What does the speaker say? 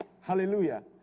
Hallelujah